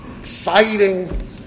exciting